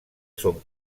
són